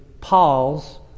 Paul's